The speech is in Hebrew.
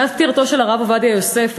מאז פטירתו של הרב עובדיה יוסף,